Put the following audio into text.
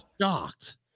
shocked